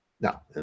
now